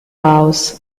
house